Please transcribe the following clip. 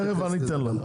תכף אני אתן לה.